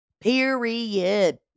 Period